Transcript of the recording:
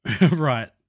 Right